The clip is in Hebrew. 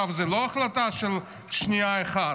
זו לא החלטה של שנייה אחת,